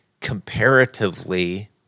comparatively